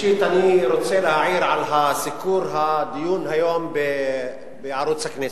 ראשית אני רוצה להעיר על סיקור הדיון היום בערוץ הכנסת.